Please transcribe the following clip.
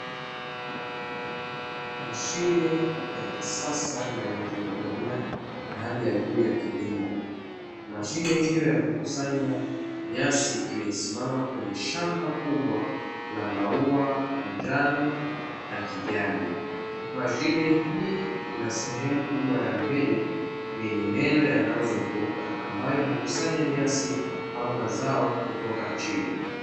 Mashine ya kisasa na yenye kiteknolojia na hali ya juu ya kilimo, mashine hiyo ya kukusanya nyasi imesimama kwenye shamba, kubwa la mauwa ya njano na kijani. Mashine hii inasehemu kubwa, ya mbele yenyemeno yanayozunguka ambayo hukusanya nyasi au mazao kutoka chini.